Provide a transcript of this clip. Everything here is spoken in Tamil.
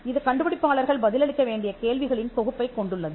இது கண்டுபிடிப்பாளர்கள் பதிலளிக்க வேண்டிய கேள்விகளின் தொகுப்பைக் கொண்டுள்ளது